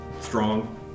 strong